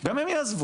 גם הן יעזבו.